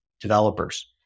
developers